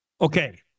Okay